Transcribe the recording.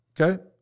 okay